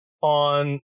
on